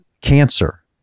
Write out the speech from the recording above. cancer